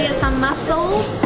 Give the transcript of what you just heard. some mussels,